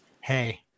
Hey